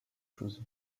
chose